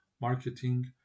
marketing